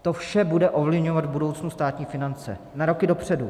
To vše bude ovlivňovat v budoucnu státní finance na roky dopředu.